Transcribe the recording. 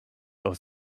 aus